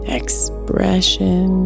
expression